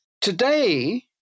today